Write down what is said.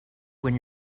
when